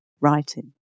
writing